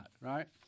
right